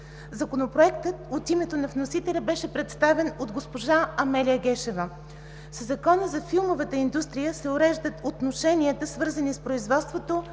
Законопроектът беше представен от госпожа Амелия Гешева. Със Закона за филмовата индустрия се уреждат отношенията, свързани с производството,